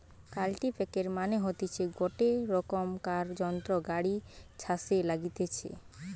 কাল্টিপ্যাকের মানে হতিছে গটে রোকমকার যন্ত্র গাড়ি ছাসে লাগতিছে